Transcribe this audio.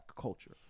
culture